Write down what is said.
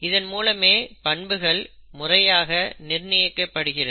இதன் மூலமே பண்புகள் முறையாக நிர்ணயிக்கப்படுகிறது